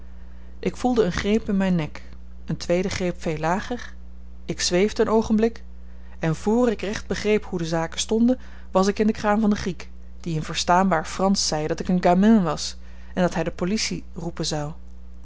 ik voelde een greep in myn nek een tweeden greep veel lager ik zweefde een oogenblik en vr ik recht begreep hoe de zaken stonden was ik in de kraam van den griek die in verstaanbaar fransch zei dat ik een gamin was en dat hy de policie roepen zou